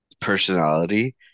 personality